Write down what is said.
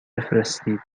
بفرستید